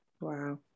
Wow